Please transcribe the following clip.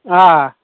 آ